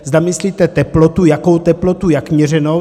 Zda myslíte teplotu, jakou teplotu, jak měřenou.